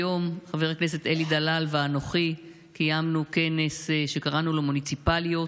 היום חבר הכנסת אלי דלל ואנוכי קיימנו כנס שקראנו לו "מוניציפליות",